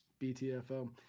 BTFO